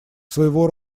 своего